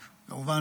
וכמובן,